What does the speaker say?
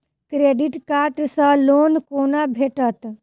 Credit card सँ loan कोना भेटत?